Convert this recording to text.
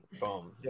Boom